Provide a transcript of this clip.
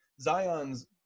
zion's